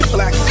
Black